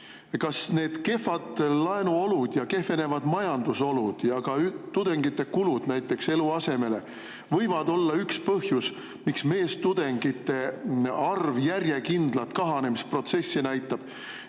kas need kehvad laenuolud ja kehvenevad majandusolud, näiteks ka tudengite kasvavad kulud eluasemele võivad olla üks põhjus, miks meestudengite arv järjekindlalt kahanemist näitab?